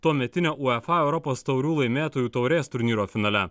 tuometinio uefa europos taurių laimėtojų taurės turnyro finale